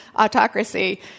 autocracy